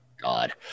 God